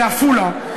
בעפולה,